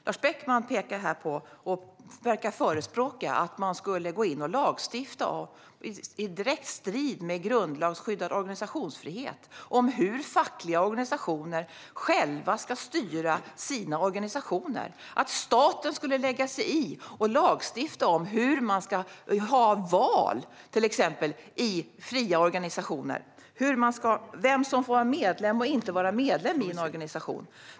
Lars Beckman verkar förespråka att man i direkt strid med grundlagsskyddad organisationsfrihet skulle gå in och lagstifta om hur fackliga organisationer själva ska styra sina organisationer, att staten skulle lägga sig i och lagstifta om till exempel hur man ska ha val i fria organisationer och vem som ska få vara medlem eller inte få vara medlem i en organisation.